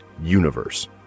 Universe